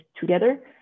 together